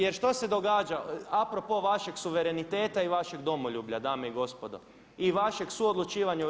Jer što se događa, a pro po vašeg suvereniteta i vašeg domoljublja dame i gospodo i vašeg suodlučivanja u EU.